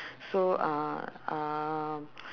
so uh uh